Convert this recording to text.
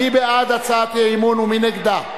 מי בעד הצעת אי-האמון ומי נגדה?